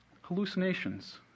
Hallucinations